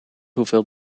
hoeveel